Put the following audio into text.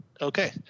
Okay